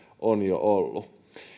ovat jo olleet